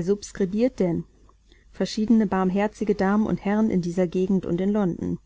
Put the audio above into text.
subskribiert denn verschiedene barmherzige damen und herren in dieser gegend und in london